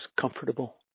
comfortable